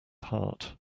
heart